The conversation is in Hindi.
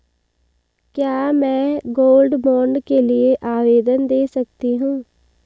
क्या मैं गोल्ड बॉन्ड के लिए आवेदन दे सकती हूँ?